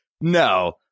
no